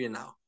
now